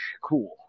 Cool